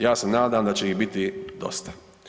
Ja se nadam da će ih biti dosta.